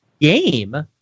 game